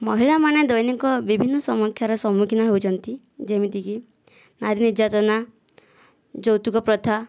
ମହିଳାମାନେ ଦୈନିକ ବିଭିନ୍ନ ସମୀକ୍ଷାର ସମ୍ମୁଖୀନ ହେଉଛନ୍ତି ଯେମିତି କି ନାରୀ ନିର୍ଯ୍ୟାତନା ଯୌତୁକ ପ୍ରଥା